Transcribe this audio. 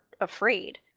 afraid